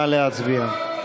נא להצביע.